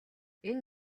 энэ